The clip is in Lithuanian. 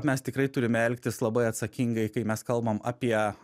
mes tikrai turime elgtis labai atsakingai kai mes kalbam apie